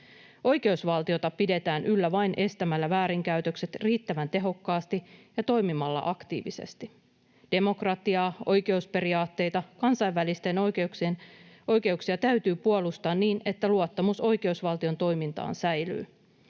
Oikeusvaltiota pidetään yllä vain estämällä väärinkäytökset riittävän tehokkaasti ja toimimalla aktiivisesti. Demokratiaa, oikeusperiaatteita ja kansainvälisiä oikeuksia täytyy puolustaa niin, että luottamus oikeusvaltion toimintaan säilyy.